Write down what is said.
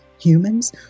humans